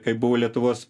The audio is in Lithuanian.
kai buvo lietuvos